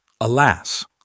Alas